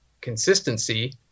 consistency